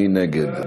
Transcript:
מי נגד?